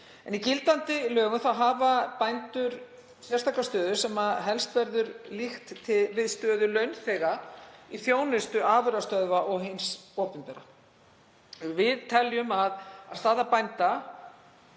Í gildandi lögum hafa bændur sérstaka stöðu sem helst verður líkt við stöðu launþega í þjónustu afurðastöðva og hins opinbera. Við teljum að staða bænda